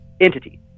Entity